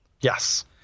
Yes